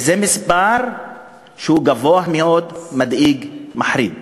וזה מספר גבוה מאוד, מדאיג, מחריד.